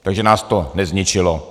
Takže nás to nezničilo.